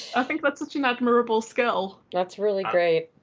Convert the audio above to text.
i think that's such an admirable skill. that's really great.